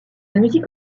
musique